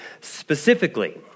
specifically